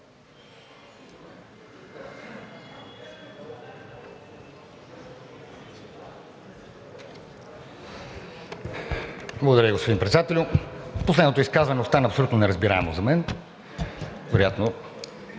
Благодаря, господин Председателю! Последното изказване остана абсолютно неразбираемо за мен. Вероятно